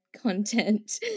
content